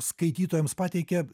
skaitytojams pateikia